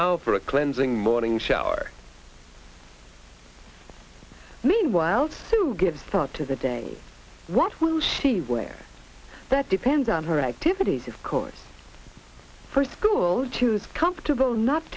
now for a cleansing morning shower meanwhile to give thought to the day what lucy wear that depends on her activities of course for school choose comfortable not